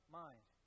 mind